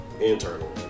internal